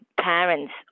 parents